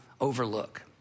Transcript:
overlook